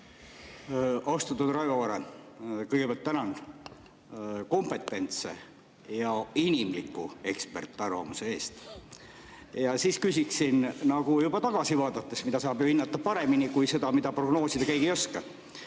Austatud Raivo Vare! Kõigepealt tänan kompetentse ja inimliku ekspertarvamuse eest! Aga ma küsiksin nagu juba tagasi vaadates ja [möödunut] saab ju hinnata paremini kui seda, mida prognoosida keegi ei oska.